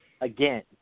again